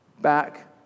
back